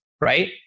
right